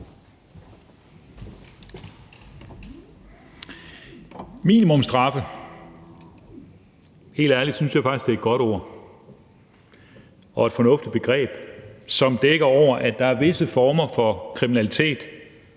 Minimumsstraffe synes jeg helt ærligt er et godt ord og et fornuftigt begreb, som dækker over, at der er visse former for kriminalitet,